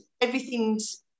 everything's